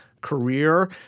career